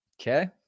Okay